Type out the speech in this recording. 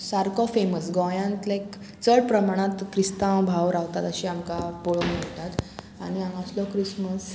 सारको फेमस गोंयांत लायक चड प्रमाणांत क्रिस्तांव भाव रावतात अशें आमकां पळोवंक मेळटात आनी हांगासलो क्रिसमस